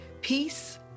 Peace